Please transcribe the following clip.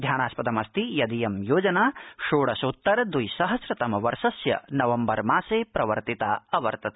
ध्यानास्पदमस्ति यदियं योजना षोडशोत्तर द्वि सहस्रतम वर्षस्य नवम्बरमासे प्रवर्तिता अवर्तत